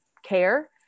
care